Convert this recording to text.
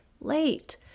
late